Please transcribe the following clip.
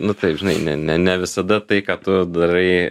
nu taip žinai ne ne ne visada tai ką tu darai